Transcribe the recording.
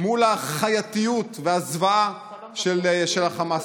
לחייתיות והזוועה של החמאסניקים.